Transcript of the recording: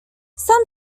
some